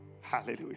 Hallelujah